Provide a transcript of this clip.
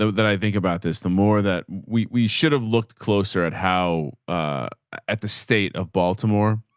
that i think about this, the more that we, we should have looked closer at how at the state of baltimore.